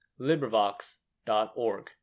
LibriVox.org